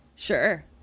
Sure